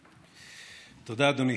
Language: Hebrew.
תודה, אדוני.